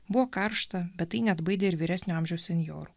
buvo karšta bet tai neatbaidė ir vyresnio amžiaus senjorų